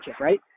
right